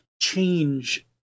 change